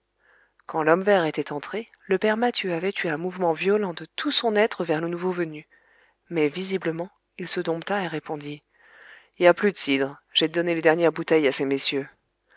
quand l'homme vert était entré le père mathieu avait eu un mouvement violent de tout son être vers le nouveau venu mais visiblement il se dompta et répondit y a plus de cidre j'ai donné les dernières bouteilles à ces messieurs